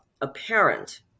apparent